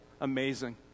amazing